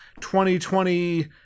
2020